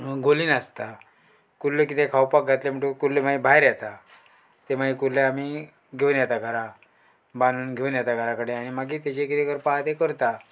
गोलीन आसता कुल्ल्यो कितें खावपाक घातलें म्हणटकीर कुल्ल्यो मागीर भायर येता तें मागीर कुल्ले आमी घेवन येता घरा बांदून घेवन येता घराकडेन आनी मागीर तेजे कितें करपा तें करता